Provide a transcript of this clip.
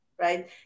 right